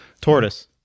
tortoise